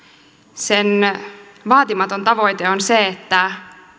sen vaatimaton tavoite on se että